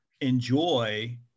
enjoy